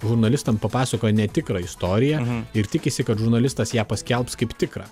žurnalistam papasakoja netikrą istoriją ir tikisi kad žurnalistas ją paskelbs kaip tikrą